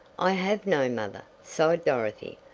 i have no mother, sighed dorothy.